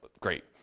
great